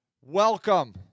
Welcome